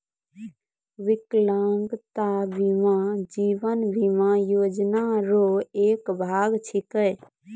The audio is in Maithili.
बिकलांगता बीमा जीवन बीमा योजना रो एक भाग छिकै